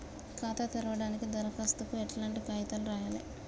ఖాతా తెరవడానికి దరఖాస్తుకు ఎట్లాంటి కాయితాలు రాయాలే?